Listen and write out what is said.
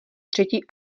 třetí